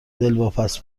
دلواپس